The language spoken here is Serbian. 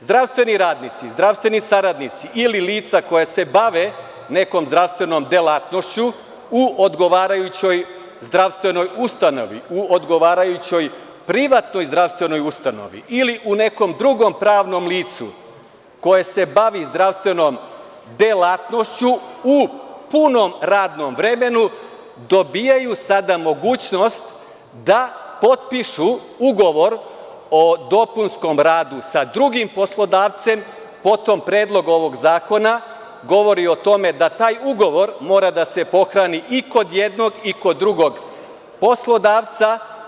Zdravstveni radnici, zdravstveni saradnici ili lica koja se bave nekom zdravstvenom delatnošću u odgovarajućoj zdravstvenoj ustanovi, u odgovarajućoj privatnoj zdravstvenoj ustanovi ili u nekom drugom pravnom licu koje se bavi zdravstvenom delatnošću u punom radnom vremenu, dobijaju sada mogućnost da potpišu ugovor o dopunskom radu sa drugim poslodavcem, potom predlog ovog zakona govori o tome da taj ugovor mora da se pohrani i kod jednog i kod drugog poslodavca.